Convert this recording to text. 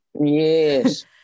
Yes